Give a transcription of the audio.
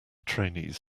trainees